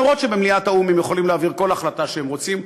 אף שבמליאת האו"ם הם יכולים להעביר כל החלטה שהם רוצים,